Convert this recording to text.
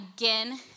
again